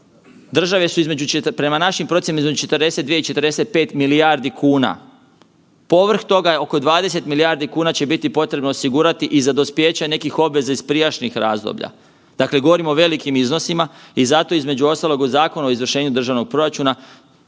između, prema našim procjenama između 42 i 45 milijardi kuna. Povrh toga, oko 20 milijardi kuna će biti potrebno osigurati i za dospijeće nekih obveza iz prijašnjih razdoblja. Dakle, govorimo o velikim iznosima i zato između ostalog u Zakonu o izvršenju državnog proračuna